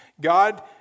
God